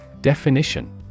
Definition